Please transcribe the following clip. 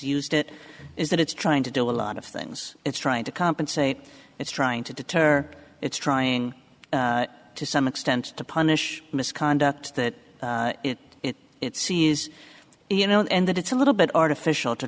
used it is that it's trying to do a lot of things it's trying to compensate it's trying to deter it's trying to some extent to punish misconduct that it's see is you know that it's a little bit artificial to